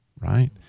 right